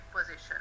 position